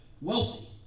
Wealthy